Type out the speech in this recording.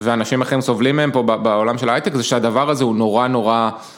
ואנשים אחרים סובלים מהם פה בעולם של ההייטק זה שהדבר הזה הוא נורא נורא...